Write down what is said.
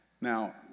Now